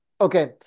Okay